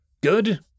good